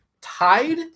tied